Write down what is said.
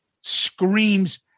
screams